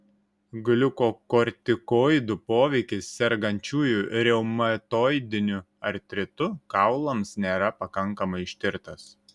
gliukokortikoidų poveikis sergančiųjų reumatoidiniu artritu kaulams nėra pakankamai ištirtas